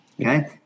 Okay